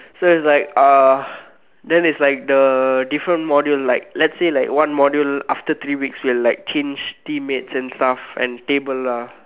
so it's like uh then it's like the different module like let's say like one module after three weeks will like change teammates and stuff and table lah